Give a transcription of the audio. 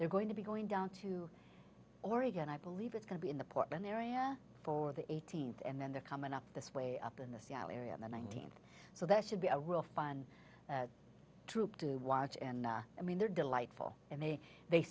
they're going to be going down to oregon i believe it's going to be in the portland area for the eighteenth and then they're coming up this way up in the seattle area on the nineteenth so that should be a real fun troupe to watch and i mean they're delightful and they they